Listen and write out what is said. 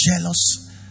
Jealous